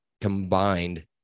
combined